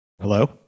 hello